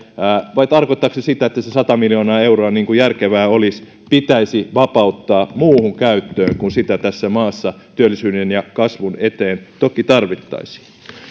vai tarkoittaako se sitä että se sata miljoonaa euroa niin kuin järkevää olisi pitäisi vapauttaa muuhun käyttöön kun sitä tässä maassa työllisyyden ja kasvun eteen toki tarvittaisiin